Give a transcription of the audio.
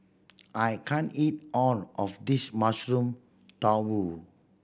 I can't eat all of this Mushroom Tofu